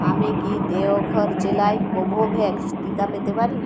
আমি কি দেওঘর জেলায় কোভোভ্যাক্স টিকা পেতে পারি